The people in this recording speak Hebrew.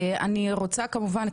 אני רוצה כמובן,